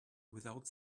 without